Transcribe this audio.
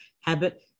habit